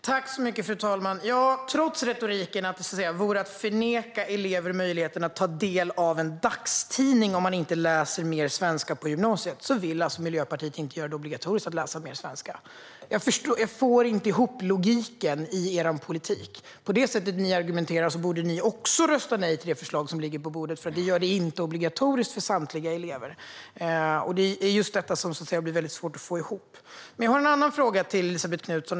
Fru talman! Trots retoriken att det vore att neka elever möjligheten att ta del av en dagstidning om de inte läser mer svenska på gymnasiet vill Miljöpartiet alltså inte göra det obligatoriskt att läsa mer svenska. Jag får inte ihop logiken i er politik, Elisabet Knutsson. På det sätt som ni argumenterar borde ni också rösta nej till det förslag som ligger på bordet, för det gör det inte obligatoriskt för samtliga elever. Det är just detta som blir svårt att få ihop. Jag har en annan fråga till Elisabet Knutsson.